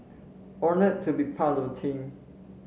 honoured to be part of the team